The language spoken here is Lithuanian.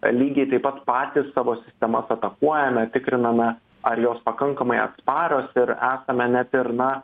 lygiai taip pat patys savo sistemas atakuojame tikriname ar jos pakankamai atsparios ir esame net ir na